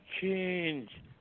change